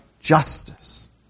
justice